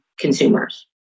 consumers